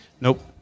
Nope